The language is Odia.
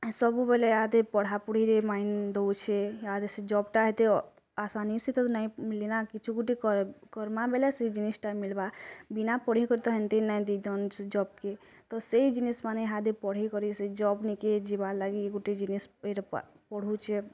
ସବୁବେଲେ ଇହାଦେ ପଢ଼ାପୁଢ଼ିରେ ମାଇଣ୍ଡ ଦଉଛେ ଇହାଦେ ସେ ଜବ୍ ଟା ଏତେ ଆସାନିସେ ତ ନାଇଁ ମିଲି ନା କିଛି ଗୁଟେ କର୍ମା ବେଲେ ସେ ଜିନିଷ୍ ଟା ମିଲ୍ବା ବିନା ପଢ଼ିକରି ତ ହେନ୍ତି ହି ନାଇଁ ଦେଇଦିଅନ୍ ସେ ଜବ୍ କେ ତ ସେଇ ଜିନିଷ୍ ମାନେ ଇହାଦେ ପଢ଼ାଇକରି ସେ ଜବ୍ ନିକେ ଯିବାର୍ ଲାଗି ଗୁଟେ ଜିନିଷ୍ ହେଟା ପଢ଼ଉଛେ